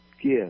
give